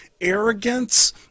arrogance